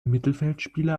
mittelfeldspieler